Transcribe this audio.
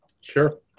Sure